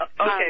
Okay